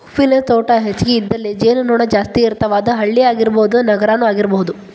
ಹೂವಿನ ತೋಟಾ ಹೆಚಗಿ ಇದ್ದಲ್ಲಿ ಜೇನು ನೊಣಾ ಜಾಸ್ತಿ ಇರ್ತಾವ, ಅದ ಹಳ್ಳಿ ಆಗಿರಬಹುದ ನಗರಾನು ಆಗಿರಬಹುದು